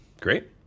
Great